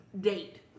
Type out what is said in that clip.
date